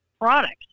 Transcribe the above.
products